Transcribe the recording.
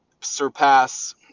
surpass